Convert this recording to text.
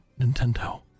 Nintendo